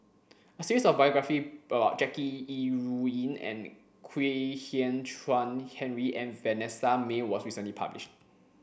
a series of biography about Jackie Yi Ru Ying and Kwek Hian Chuan Henry and Vanessa Mae was recently publish